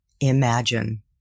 imagine